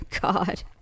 God